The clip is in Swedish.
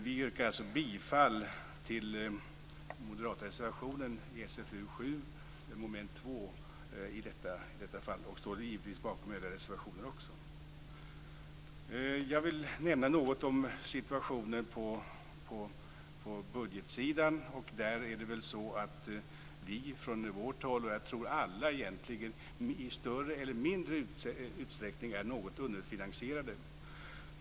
Vi yrkar alltså bifall till den moderata reservationen under mom. 2 i betänkandet SfU7 och står givetvis bakom även övriga reservationer. Jag vill också nämna något om situationen på budgetsidan. Där är vi från vårt håll, och jag tror att det egentligen gäller alla i större eller mindre utsträckning, något underfinansierade.